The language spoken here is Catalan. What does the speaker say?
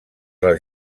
les